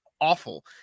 awful